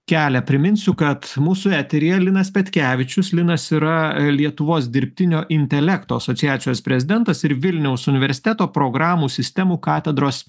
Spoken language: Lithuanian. kelia priminsiu kad mūsų eteryje linas petkevičius linas yra lietuvos dirbtinio intelekto asociacijos prezidentas ir vilniaus universiteto programų sistemų katedros